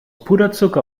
puderzucker